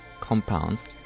compounds